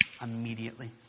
immediately